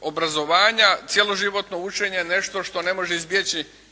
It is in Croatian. obrazovanja cjeloživotno učenje je nešto što ne može izbjeći